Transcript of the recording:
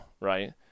Right